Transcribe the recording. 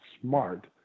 smart